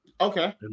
Okay